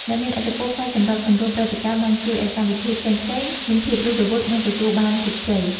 អ្នកមានឥទ្ធិពលផ្នែកសម្របសម្រួលព្រឹត្តិការណ៍បានជួយឱ្យកម្មវិធីផ្សេងៗមានភាពរស់រវើកនិងទទួលបានជោគជ័យ។